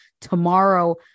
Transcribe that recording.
tomorrow